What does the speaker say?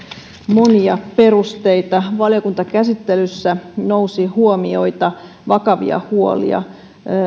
monia perusteita valiokuntakäsittelyssä nousi huomioita vakavia huolia